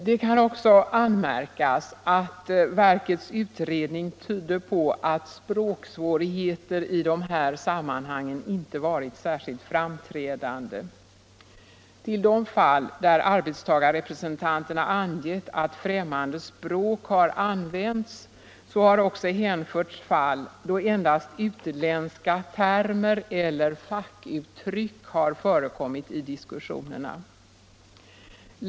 Det kan också anmärkas att verkets utredning tyder på att språksvårigheter i de här sammanhangen inte varit särskilt framträdande. Till de fall där arbetstagarrepresentanterna angett att främmande språk an vänts har också hänförts fall då endast utländska termer eller fackuttryck Nr 44 har förekommit i diskussionerna.